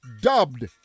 dubbed